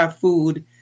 food